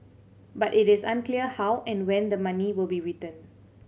but it is unclear how and when the money will be returned